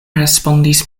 respondis